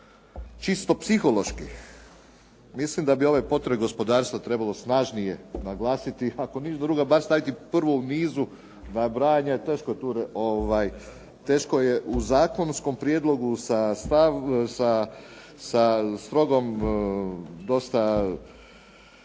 Čisto psihološki mislim da bi ove potrebe gospodarstva trebalo snažnije naglasiti, ako ništa drugo bar staviti prvo u nizu nabrajanja. Teško je u zakonskom prijedlogu sa strogom dosta